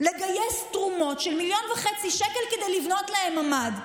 לגייס תרומות של 1.5 מיליון שקל כדי לבנות להם ממ"ד.